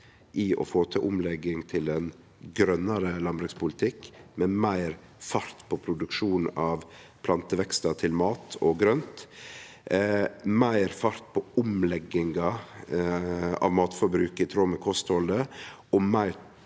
å få til omlegging til ein grønare landbrukspolitikk med meir fart på produksjonen av plantevekstar til mat og grønt, meir fart på omlegginga av matforbruket i tråd med kosthaldsråda